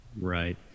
right